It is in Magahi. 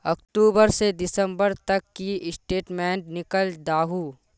अक्टूबर से दिसंबर तक की स्टेटमेंट निकल दाहू?